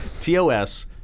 TOS